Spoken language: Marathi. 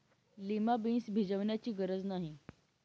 लिमा बीन्स भिजवण्याची गरज नाही